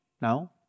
No